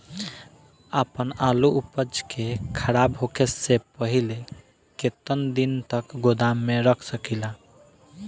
आपन आलू उपज के खराब होखे से पहिले केतन दिन तक गोदाम में रख सकिला?